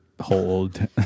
hold